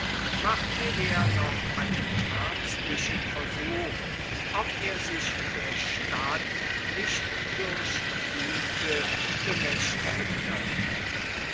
machte er noch einen ernstlichen versuch ob er sich der stadt nicht durch güte bemächtigen könnte